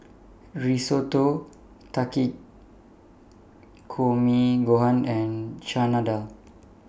Risotto Takikomi Gohan and Chana Dal